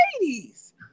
ladies